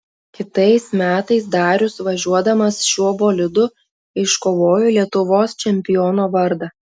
kitais metais darius važiuodamas šiuo bolidu iškovojo lietuvos čempiono vardą